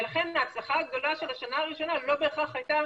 ולכן ההצלחה הגדולה של השנה הראשונה לא בהכרח הייתה